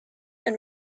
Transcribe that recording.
and